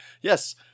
yes